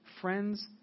friends